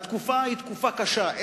התקופה היא תקופה קשה,